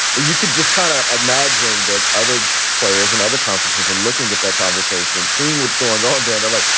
you could just kind of imagine that other players in and other conferences are looking at that conversation and seeing what's going on there. they're like,